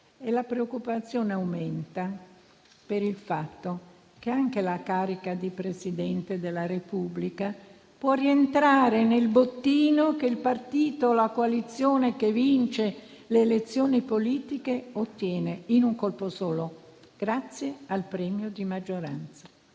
e la preoccupazione aumenta per il fatto che anche la carica di Presidente della Repubblica può rientrare nel bottino che il partito o la coalizione che vince le elezioni politiche ottiene in un colpo solo, grazie al premio di maggioranza.